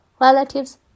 relatives